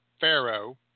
pharaoh